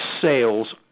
sales